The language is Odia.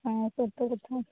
ହଁ ସତ କଥା